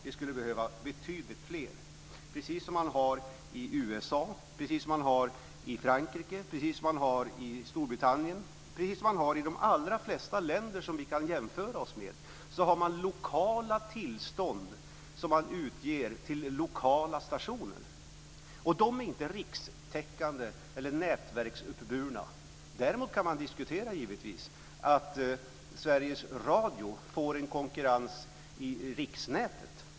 Vi skulle behöva betydligt fler, precis som man har i USA, i Frankrike, i Storbritannien - ja precis som man har i de allra flesta länder vi kan jämföra oss med. Man har lokala tillstånd som utges till lokala stationer. De är inte rikstäckande eller nätverksuppburna. Däremot kan man givetvis diskutera om Sveriges Radio ska få konkurrens på riksnätet.